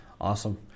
Awesome